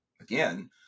again